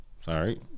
sorry